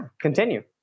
continue